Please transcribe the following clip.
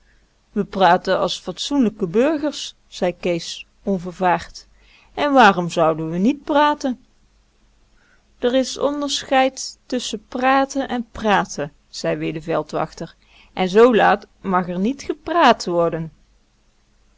we praten as fatsoenlijke burgers zei kees onvervaard en waarom zouen we nièt praten d'r is onderscheid tusschen praten en praten zei weer de veldwachter en zoo laat mag r niet geprààt worden